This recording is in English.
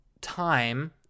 time